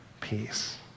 peace